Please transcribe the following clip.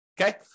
Okay